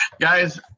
guys –